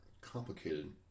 complicated